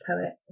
poet